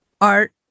art